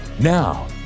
Now